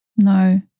No